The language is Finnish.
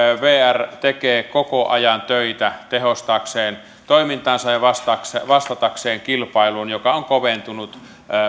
vr tekee koko ajan töitä tehostaakseen toimintaansa ja vastatakseen vastatakseen kilpailuun joka on koventunut